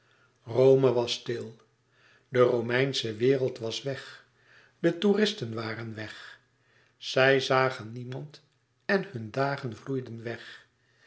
rome was stil de romeinsche wereld was weg de touristen waren weg zij zagen niemand en hunne dagen vloeiden weg